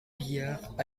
biard